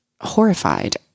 horrified